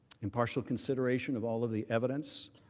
impartial consideration of all of the evidence